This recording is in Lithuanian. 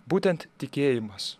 būtent tikėjimas